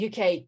UK